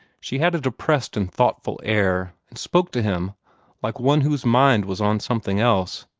she had a depressed and thoughtful air, and spoke to him like one whose mind was on something else.